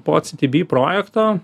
pats citi by projekto